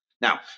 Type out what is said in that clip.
Now